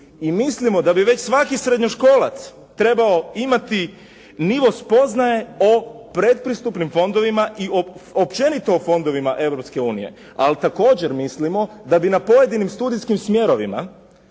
mislimo da bi već svaki srednjoškolac trebao imati nivo spoznaje o predpristupnim fondovima i općenito o fondovima Europske unije. Ali također mislimo da bi na pojedinim studijskim smjerovima